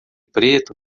preto